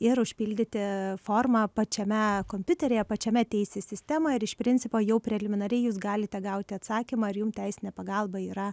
ir užpildyti formą pačiame kompiuteryje pačiame teisės sistemoj ir iš principo jau preliminariai jūs galite gauti atsakymą ar jum teisinė pagalba yra